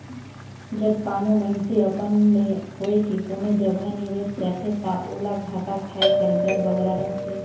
जब कानो मइनसे अपन ले होए के कोनो जगहा निवेस करथे ता ओला घाटा खाए कर डर बगरा रहथे